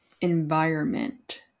environment